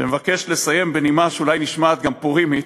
ואני מבקש לסיים בנימה שאולי נשמעת גם פורימית: